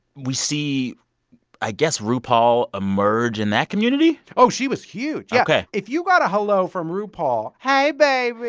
we see i guess rupaul emerge in that community? oh, she was huge. yeah ok if you got a hello from rupaul. hey, baby.